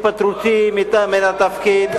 בהתפטרותי מן התפקיד,